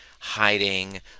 hiding